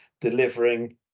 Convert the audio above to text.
delivering